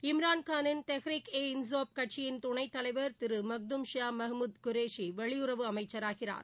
இம்ரான்காவின் தெஹ்ரிகே இன்சாஃப் கட்சியின் துணைத்தலைவா் திரு மக்தும் ஷா மஹ்முத் குரேஷி வெளியுறவு அமைச்சாராகிறார்